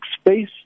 space